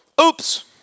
Oops